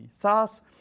Thus